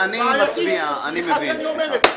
סליחה שאני אומר את זה.